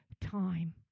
time